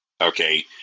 Okay